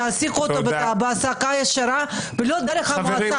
תעסיקו אותו בהעסקה ישירה ולא דרך המועצה.